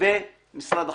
ומשרד החקלאות.